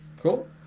Cool